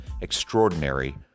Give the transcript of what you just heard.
extraordinary